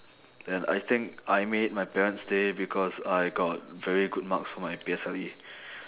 then I think I made my parent's day because I got very good marks for my P_S_L_E